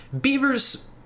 Beavers